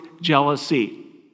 jealousy